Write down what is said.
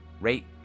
rate